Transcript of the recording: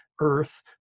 earth